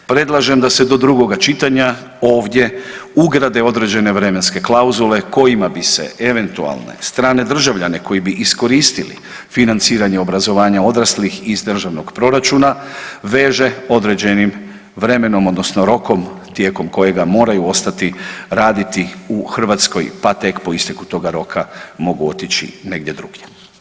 Predlažem da se do drugoga čitanja ovdje ugrade određene vremenske klauzule kojima bi se eventualne strane državljane koji bi iskoristili financiranje obrazovanja odraslih iz državnog proračuna veže određenim vremenom odnosno rokom tijekom kojega moraju ostati raditi u Hrvatskoj, pa tek po isteku toga roka mogu otići negdje drugdje.